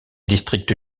districts